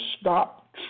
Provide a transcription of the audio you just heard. stop